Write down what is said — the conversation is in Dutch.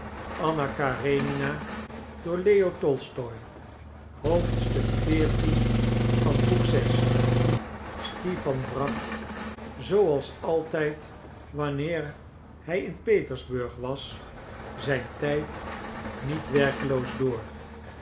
bracht zooals altijd wanneer hij in petersburg was zijn tijd niet werkeloos door